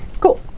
Cool